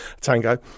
tango